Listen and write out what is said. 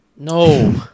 No